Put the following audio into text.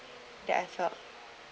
that I felt